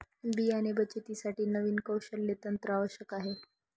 बियाणे बचतीसाठी नवीन कौशल्य तंत्र आवश्यक आहे